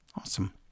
Awesome